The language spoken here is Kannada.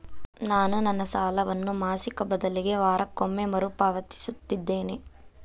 ನಾನು ನನ್ನ ಸಾಲವನ್ನು ಮಾಸಿಕ ಬದಲಿಗೆ ವಾರಕ್ಕೊಮ್ಮೆ ಮರುಪಾವತಿಸುತ್ತಿದ್ದೇನೆ